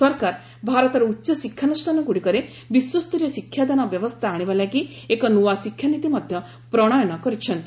ସରକାର ଭାରତର ଉଚ୍ଚଶିକ୍ଷାନୁଷ୍ଠାନଗୁଡ଼ିକରେ ବିଶ୍ୱସ୍ତରୀୟ ଶିକ୍ଷାଦାନ ବ୍ୟବସ୍ଥା ଆଣିବା ଲାଗି ଏକ ନୂଆ ଶିକ୍ଷାନୀତି ମଧ୍ୟ ପ୍ରଣୟନ କରିଛନ୍ତି